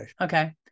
Okay